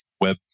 web